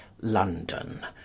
london